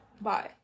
Bye